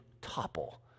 topple